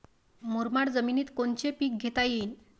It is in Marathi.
मुरमाड जमिनीत कोनचे पीकं घेता येईन?